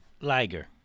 Liger